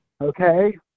Okay